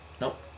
nope